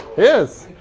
is,